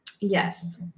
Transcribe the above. Yes